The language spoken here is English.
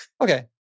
Okay